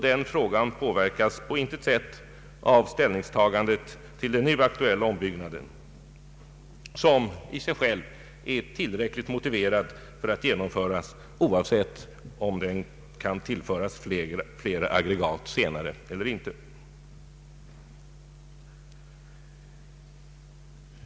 Den frågan påverkas på intet sätt av ställningstagandet till den nu aktuella ombyggnaden som i sig själv är tillräckligt motiverad att genomföras oavsett om den kan tillföras flera aggregat senare eller inte.